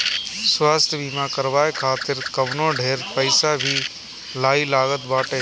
स्वास्थ्य बीमा करवाए खातिर कवनो ढेर पईसा भी नाइ लागत बाटे